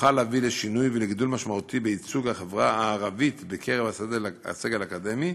נוכל להביא לשינוי ולגידול ניכר בייצוג החברה הערבית בקרב הסגל האקדמי,